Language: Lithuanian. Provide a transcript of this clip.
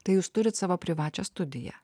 tai jūs turit savo privačią studiją